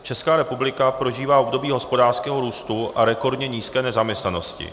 Česká republika prožívá období hospodářského růstu a rekordně nízké nezaměstnanosti.